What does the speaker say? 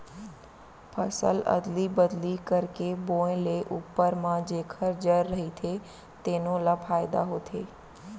फसल अदली बदली करके बोए ले उप्पर म जेखर जर रहिथे तेनो ल फायदा होथे